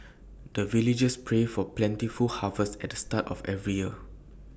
the villagers pray for plentiful harvest at the start of every year